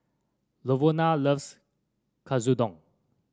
Lavona loves Katsudon